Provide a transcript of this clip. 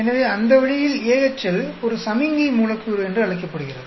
எனவே அந்த வழியில் AHL ஒரு சமிக்ஞை மூலக்கூறு என்று அழைக்கப்படுகிறது